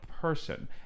person